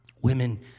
Women